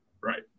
Right